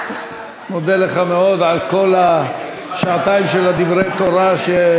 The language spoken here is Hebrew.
מודה לך מאוד על כל השעתיים של דברי התורה.